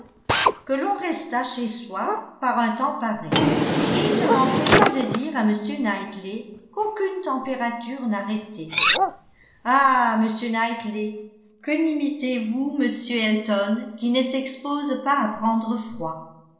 que l'on restât chez soi par un temps pareil et il ne manquait pas de dire à m knightley qu'aucune température n'arrêtait ah monsieur knightley que n'imitez vous m elton qui ne s'expose pas à prendre froid